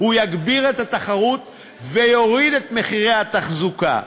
הוא יגביר את התחרות ויוריד את מחירי התחזוקה.